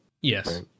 Yes